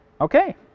Okay